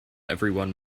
everyone